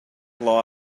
law